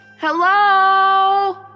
Hello